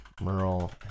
merle